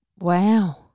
Wow